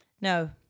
No